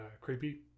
creepy